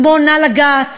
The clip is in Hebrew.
כמו "נא לגעת",